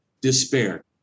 despair